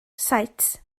saets